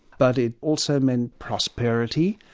but it also meant prosperity.